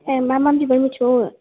ए मा नाम बिबार मोनथिबावो